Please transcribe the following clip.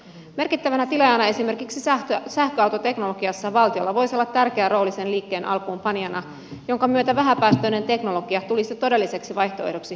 merkittävänä tilaajana esimerkiksi sähköautoteknologiassa valtiolla voisi olla tärkeä rooli sen liikkeen alkuunpanijana jonka myötä vähäpäästöinen teknologia tulisi todelliseksi vaihtoehdoksi myös kuluttajille